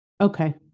Okay